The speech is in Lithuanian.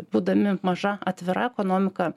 būdami maža atvira ekonomika